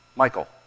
Michael